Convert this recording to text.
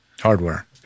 Hardware